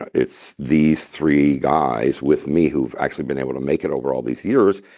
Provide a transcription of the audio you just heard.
it's these three guys with me who've actually been able to make it over all these years.